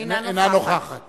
אינה נוכחת